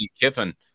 Kiffin